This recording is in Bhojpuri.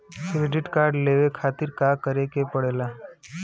क्रेडिट कार्ड लेवे खातिर का करे के पड़ेला?